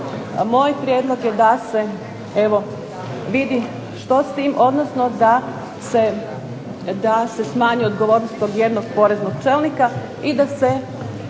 moj prijedlog je da se vidi što s tim, odnosno da se smanji odgovornost kod jednog poreznog čelnika i da se